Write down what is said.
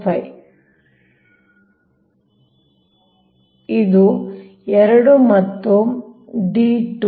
5 ನಿಮ್ಮ ಮತ್ತು ಇದು 2 ಮತ್ತು ಇದು ನಿಮ್ಮ d 2